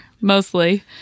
mostly